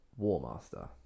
Warmaster